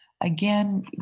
Again